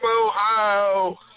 Ohio